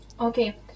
Okay